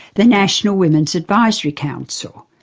the national women's advisory council,